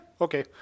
okay